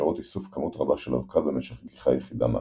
המאפשרות איסוף כמות רבה של אבקה במשך גיחה יחידה מהקן.